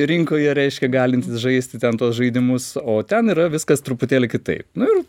rinkoje reiškia galintys žaisti ten tuos žaidimus o ten yra viskas truputėlį kitaip nu ir